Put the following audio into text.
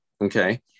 okay